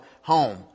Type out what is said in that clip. home